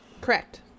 Correct